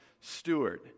steward